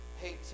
hey